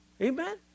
Amen